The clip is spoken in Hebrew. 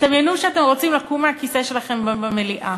תדמיינו שאתם רוצים לקום מהכיסא שלכם במליאה.